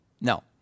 No